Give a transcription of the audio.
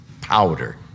powder